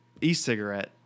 e-cigarette